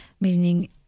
meaning